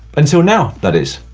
and so now, that is.